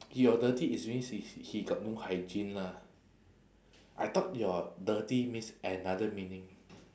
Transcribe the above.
your dirty it means he's he got no hygiene lah I thought your dirty means another meaning